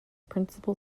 principal